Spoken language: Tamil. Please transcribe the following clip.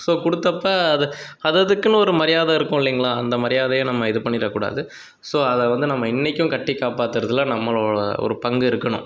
ஸோ கொடுத்தப்ப அது அதுஅதுக்குனு ஒரு மரியாதை இருக்கும் இல்லிங்களா அந்த மரியாதைய நம்ம இது பண்ணிடக்கூடாது ஸோ அதை வந்து நம்ம இன்றைக்கும் கட்டி காப்பாத்துறதில் நம்மளோட ஒரு பங்கு இருக்கணும்